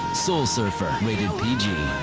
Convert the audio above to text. soul surfer, rated pg.